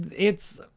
it's